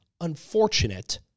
unfortunate